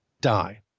die